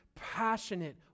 passionate